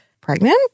pregnant